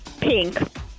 Pink